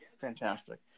fantastic